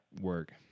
work